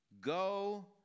go